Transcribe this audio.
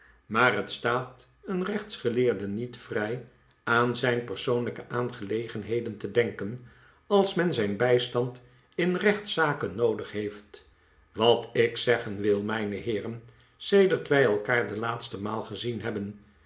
maar het staat een rechtsgeleerde niet vrij aan zijn persoonlijke aangelegenheden te denken als men zijn bijstand in rechtszaken noodig heeft wat ik zeggen wil mijne heeren sedert wij elkaar de iaatste maal gezien hebben